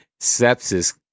sepsis